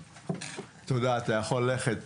תודה, אתה יכול ללכת.